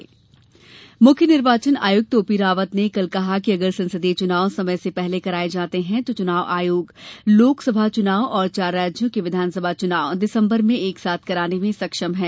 निर्वाचन आयोग लोकसभा चुनाव मुख्य निर्वाचन आयुक्त ओ पी रावत ने कल कहा कि अगर संसदीय चुनाव समय से पहले कराए जाते हैं तो चुनाव आयोग लोकसभा चुनाव और चार राज्यों के विघानसभा चुनाव दिसम्बर में एक साथ कराने में सक्षम है